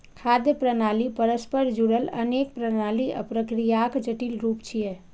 खाद्य प्रणाली परस्पर जुड़ल अनेक प्रणाली आ प्रक्रियाक जटिल रूप छियै